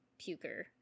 puker